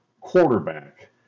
quarterback